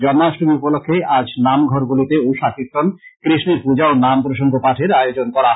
জন্মাষ্টমী উপলক্ষ্যে আজ নামঘরগুলিতে উষা কীর্ত্তন কৃষ্ণের পুজা ও নাম প্রসঙ্গ পাঠের আয়োজন করা হয়